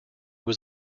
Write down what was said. was